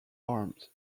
arms